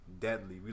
Deadly